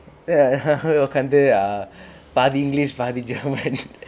அங்க போய் உட்கார்ந்து:anga poi utkarnthu ah பாதி:paathi english பாதி:paathi german